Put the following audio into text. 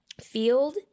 field